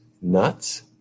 nuts